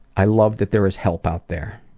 i love that there is help out there.